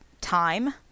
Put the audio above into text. time